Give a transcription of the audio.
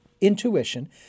intuition